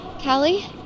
Callie